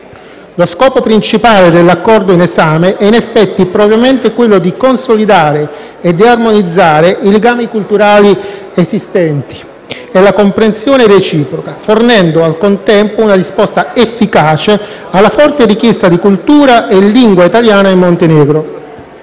Lo scopo principale dell'Accordo in esame è in effetti propriamente quello di consolidare e di armonizzare i legami culturali esistenti e la comprensione reciproca, fornendo al contempo una risposta efficace alla forte richiesta di cultura e lingua italiana in Montenegro.